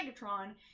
Megatron